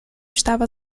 estava